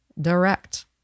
direct